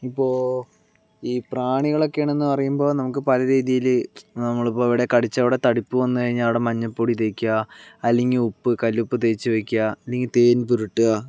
ഇപ്പോൾ ഈ പ്രാണികളൊക്കെ ആണെന്ന് പറയുമ്പോൾ നമുക്ക് പലരീതിയിൽ നമ്മളിവിടെ കടിച്ച അവിടെ തടിപ്പ് വന്നു കഴിഞ്ഞാൽ അവിടെ മഞ്ഞപ്പൊടി തേക്കുക അല്ലെങ്കിൽ ഉപ്പ് കല്ലുപ്പ് തേച്ച് വെക്കുക അല്ലെങ്കിൽ തേൻ പുരട്ടുക